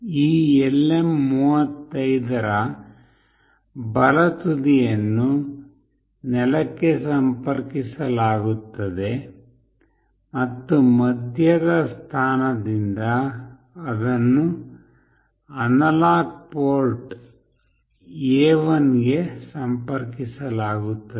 ಈ LM35ರ ಬಲ ತುದಿಯನ್ನು ನೆಲಕ್ಕೆ ಸಂಪರ್ಕಿಸಲಾಗುತ್ತದೆ ಮತ್ತು ಮಧ್ಯದ ಸ್ಥಾನದಿಂದ ಅದನ್ನು ಅನಲಾಗ್ ಪೋರ್ಟ್ A1ಗೆ ಸಂಪರ್ಕಿಸಲಾಗುತ್ತದೆ